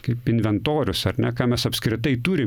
kaip inventorius ar ne ką mes apskritai turime